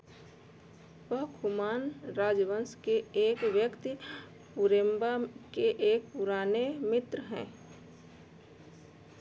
वह खुमान राजवंस के एक व्यक्ति पुरेम्बा के एक पुराने मित्र हैं